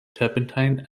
turpentine